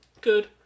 good